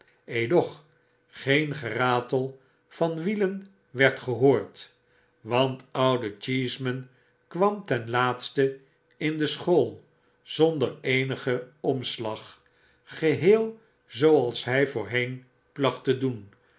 edoch geen geratel van wielen werd gehoord want oude cheeseman kwam ten laatste in de school zonder eenigen omslag geheel zooals hy voorheenplachttedoen alleen was